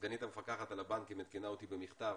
סגנית המפקחת על הבנקים עדכנה אותי במכתב